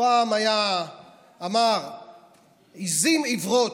פעם אמר "עיזים עיוורות".